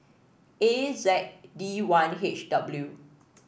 A Z D one H W